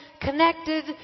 connected